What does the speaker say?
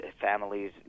families